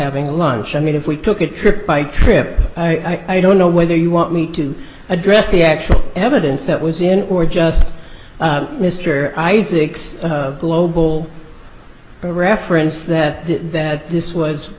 having lunch i mean if we took a trip by trip i don't know whether you want me to address the actual evidence that was in or just mr isaacs global reference that that this was